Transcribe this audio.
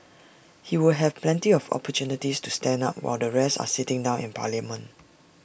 he will have plenty of opportunities to stand up while the rest are sitting down in parliament